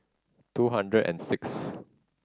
two hundred and sixth